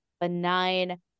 benign